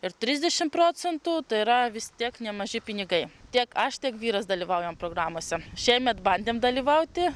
ir trisdešim procentų tai yra vis tiek nemaži pinigai tiek aš tiek vyras dalyvaujame programose šiemet bandėm dalyvauti